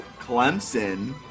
Clemson